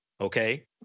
Okay